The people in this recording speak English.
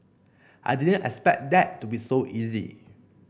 I didn't expect that to be so easy